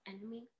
enemy